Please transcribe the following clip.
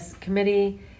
Committee